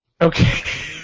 Okay